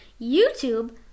YouTube